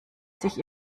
sich